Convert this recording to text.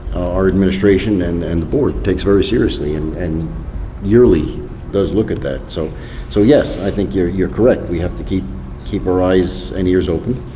our administration and and the board takes very seriously, and and yearly does look at that. so so yes, i think you're you're correct, we have to keep keep our eyes and ears open,